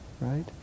right